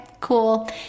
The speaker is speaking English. cool